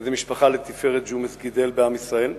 איזו משפחה לתפארת ג'ומס גידל בעם ישראל,